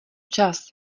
čas